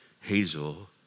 Hazel